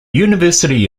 university